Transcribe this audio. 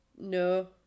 no